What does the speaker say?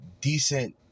decent